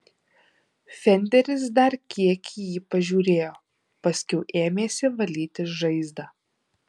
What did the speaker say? fenderis dar kiek į jį pažiūrėjo paskiau ėmėsi valyti žaizdą